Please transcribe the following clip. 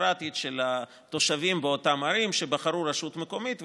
הדמוקרטית של התושבים באותן ערים שבחרו רשות מקומית,